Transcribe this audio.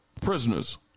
prisoners